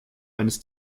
eines